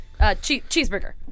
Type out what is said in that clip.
Cheeseburger